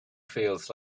feels